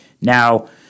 Now